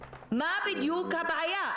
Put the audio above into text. מה בדיוק הבעיה?